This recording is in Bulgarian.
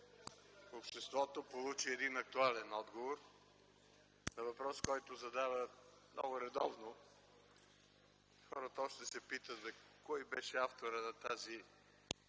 обществото получи един актуален отговор на въпрос, който е задаван много редовно. Хората още се питат кой беше авторът на